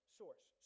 source